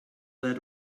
that